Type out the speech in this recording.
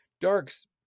darks